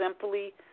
simply